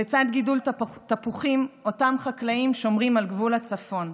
לצד גידול תפוחים אותם חקלאים שומרים על גבול הצפון.